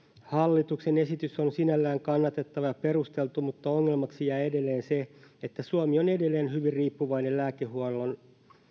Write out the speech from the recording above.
hallituksen esitys on sinällään kannatettava ja perusteltu mutta ongelmaksi jää edelleen se että suomi on edelleen hyvin riippuvainen lääkehuollon